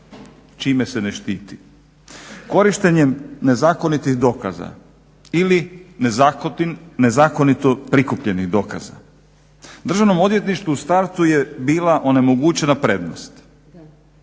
Čime se ne štiti? Korištenjem nezakonitih dokaza ili nezakonito prikupljenih dokaza. Državnom odvjetništvu u startu je bila onemogućena prednost,